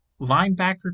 linebacker